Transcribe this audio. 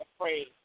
afraid